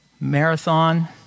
Marathon